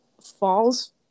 falls